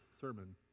sermon